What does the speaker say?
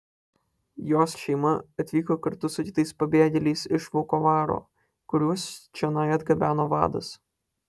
jos šeima atvyko kartu su kitais pabėgėliais iš vukovaro kuriuos čionai atgabeno vadas